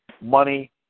money